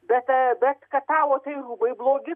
bet bet kad tavo tie rūbai blogi